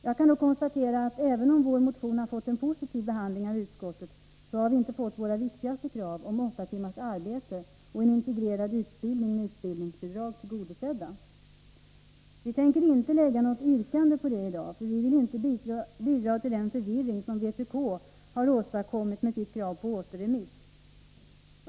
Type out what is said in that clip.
Jag kan dock konstatera att även om vår motion har fått en positiv behandling av utskottet, har vi inte fått våra viktigaste krav om åtta timmars arbete och en integrerad utbildning med utbildningsbidrag tillgodosedda. Vi tänker inte yrka bifall till dem i dag — vi vill inte bidra till den förvirring som vpk har åstadkommit med sitt krav på återremiss.